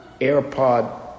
AirPod